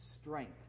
strength